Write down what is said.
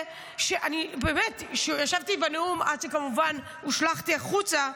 באמת, ישבתי בנאום, עד שכמובן הושלכתי החוצה,